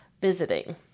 visiting